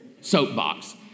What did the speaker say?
Soapbox